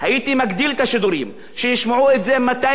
שישמעו את זה 200 מיליון ערבים במזרח התיכון,